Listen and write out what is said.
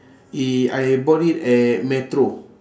i~ I bought it at metro